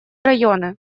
районы